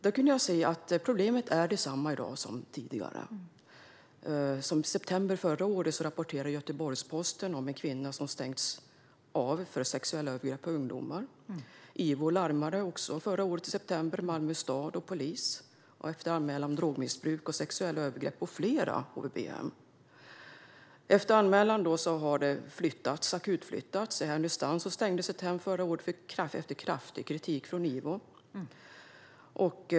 Då kunde jag se att problemet är detsamma i dag som tidigare. I september förra året rapporterade Göteborgs-Posten om en kvinna som stängts av för sexuella övergrepp på ungdomar. IVO larmade förra året i september Malmö stad och polis efter anmälan om drogmissbruk och sexuella övergrepp på flera HVB-hem. Efter anmälan akutflyttades ungdomar. I Härnösand stängdes ett hem förra året efter kraftig kritik från IVO.